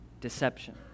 deception